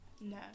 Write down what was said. no